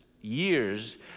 years